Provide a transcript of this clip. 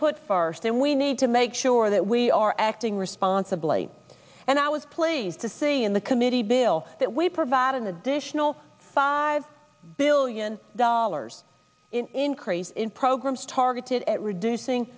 put first and we need to make sure that we are acting responsibly and i was pleased to see in the committee bill that we provide an additional five billion dollars increase in programs targeted at reducing